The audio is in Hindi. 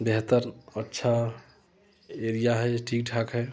बेहतर अच्छा एरिया है ये ठीक ठाक है